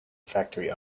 factory